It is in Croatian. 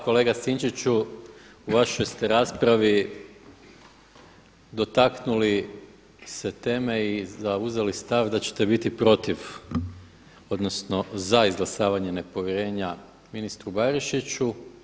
Kolega Sinčiću, u vašoj ste raspravi dotaknuli se teme i zauzeli stav da ćete biti protiv odnosno za izglasavanje nepovjerenje ministru Barišiću.